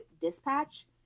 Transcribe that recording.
dispatch